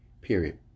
period